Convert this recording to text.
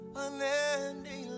unending